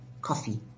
coffee